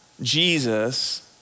Jesus